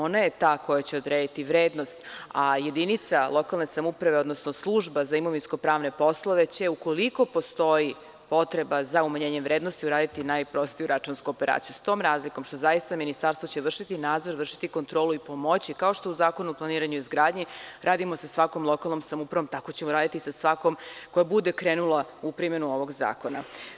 Ona je ta koja će odrediti vrednost, a jedinica lokalne samouprave, odnosno Služba za imovinsko-pravne poslove će ukoliko postoji potreba za umanjenjem vrednosti uraditi najprostiju računsku operaciju sa tom razlikom što će zaista ministarstvo vršiti nadzor i vršiti kontrolu i pomoći, kao što u Zakonu o planiranju i izgradnji radimo sa svakom lokalnom samoupravom, tako ćemo raditi sa svakom koja bude krenula u primenu ovog zakona.